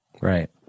Right